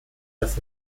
das